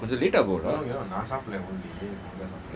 dinner தானே கொஞ்சம் லேட்டா போ:thaane konjam leataa poa